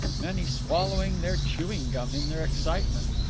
many swallowing their chewing-gum in their excitement.